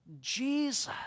Jesus